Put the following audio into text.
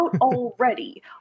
already